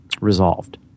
resolved